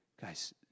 Guys